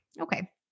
okay